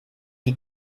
die